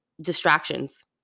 distractions